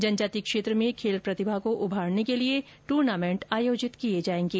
जनजाति क्षेत्र में खेल प्रतिभा को उभारने के लिए टूर्नामेंट आयोजित किये जाएंगे